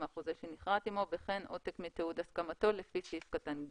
מהחוזה שנכרת עמו וכן עותק מתיעוד הסכמתו לפי סעיף קטן (ג)".